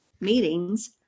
meetings